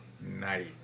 night